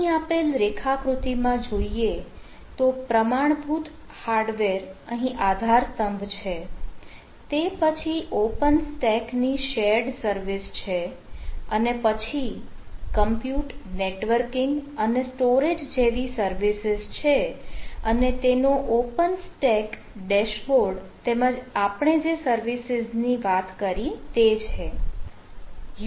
અહીં આપેલ રેખાકૃતિ માં જોઈએ તો પ્રમાણભૂત હાર્ડવેર આધાર સ્તંભ છે તે પછી ઓપન સ્ટેક ની શેર્ડ સર્વિસ છે અને પછી કમ્પ્યુટ નેટવર્કિંગ અને સ્ટોરેજ જેવી સર્વિસીસ છે અને તેનો ઓપન સ્ટેક ડેશબોર્ડ તેમજ આપણે જે સર્વિસીઝની વાત કરી તે છે